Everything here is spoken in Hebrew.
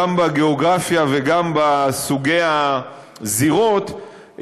גם בגיאוגרפיה וגם בסוגי הזירות,